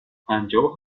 پنجاه